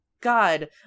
God